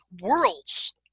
worlds